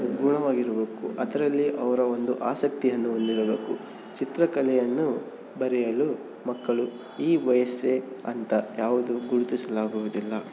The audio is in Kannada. ಗುಣವಾಗಿರಬೇಕು ಅದರಲ್ಲಿ ಅವರ ಒಂದು ಆಸಕ್ತಿಯನ್ನು ಹೊಂದಿರಬೇಕು ಚಿತ್ರಕಲೆಯನ್ನು ಬರೆಯಲು ಮಕ್ಕಳು ಈ ವಯಸ್ಸೇ ಅಂತ ಯಾವುದೂ ಗುರುತಿಸಲಾಗುವುದಿಲ್ಲ